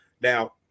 Now